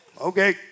Okay